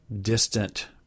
distant